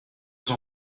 vous